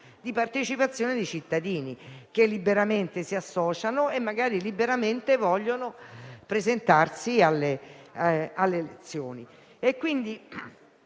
di partecipazione dei cittadini, che liberamente si associano e magari liberamente vogliono presentarsi alle elezioni.